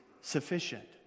sufficient